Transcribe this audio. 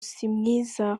simwiza